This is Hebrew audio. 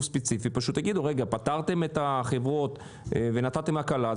ספציפי יאמרו: פטרתם את החברות ונתתם הקלה,